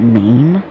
name